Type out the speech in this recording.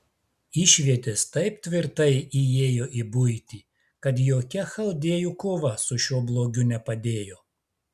išvietės taip tvirtai įėjo į buitį kad jokia chaldėjų kova su šiuo blogiu nepadėjo